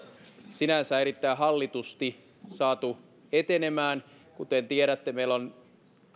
sinänsä erittäin hallitusti saatu etenemään kuten tiedätte meillä on